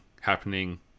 happening